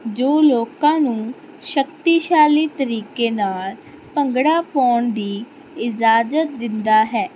ਜੋ ਲੋਕਾਂ ਨੂੰ ਸ਼ਕਤੀਸ਼ਾਲੀ ਤਰੀਕੇ ਨਾਲ ਭੰਗੜਾ ਪਾਉਣ ਦੀ ਇਜਾਜ਼ਤ ਦਿੰਦਾ ਹੈ